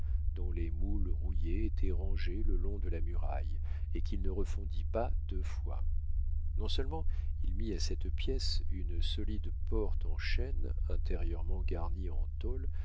dont les moules rouillés étaient rangés le long de la muraille et qu'il ne refondit pas deux fois non-seulement il mit à cette pièce une solide porte en chêne intérieurement garnie en tôle